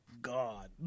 God